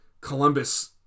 Columbus